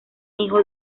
hijo